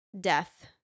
death